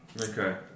Okay